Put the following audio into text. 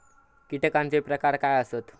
कीटकांचे प्रकार काय आसत?